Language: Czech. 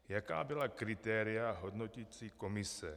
Jaká byla kritéria hodnoticí komise?